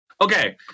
Okay